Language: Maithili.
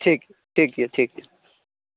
ठीक ठीक यऽ ठीक यऽ